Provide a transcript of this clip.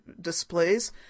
displays